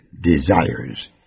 desires